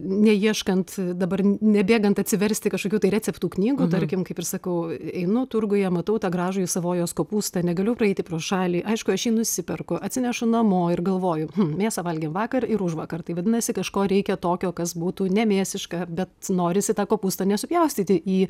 neieškant dabar nebėgant atsiversti kažkokių tai receptų knygų tarkim kaip ir sakau einu turguje matau tą gražųjį savojos kopūstą negaliu praeiti pro šalį aišku aš jį nusiperku atsinešu namo ir galvoju mėsą valgėm vakar ir užvakar tai vadinasi kažko reikia tokio kas būtų ne mėsiška bet norisi tą kopūstą nesupjaustyti į